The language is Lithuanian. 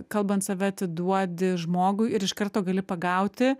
kalbant save atiduodi žmogui ir iš karto gali pagauti